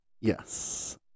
Yes